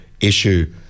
issue